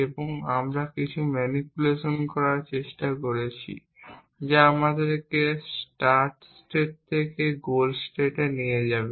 এবং আমরা কিছু ম্যানিপুলেশন করার চেষ্টা করেছি যা আমাদেরকে স্টার্ট স্টেট থেকে গোল স্টেট এ নিয়ে যাবে